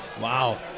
Wow